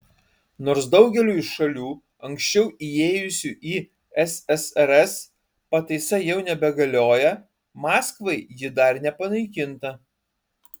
nors daugeliui šalių anksčiau įėjusių į ssrs pataisa jau nebegalioja maskvai ji dar nepanaikinta